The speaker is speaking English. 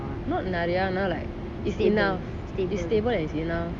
not நெறயலம்:nerayalam like it's enough it's stable and it's enough